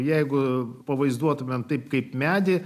jeigu pavaizduotumėme taip kaip medė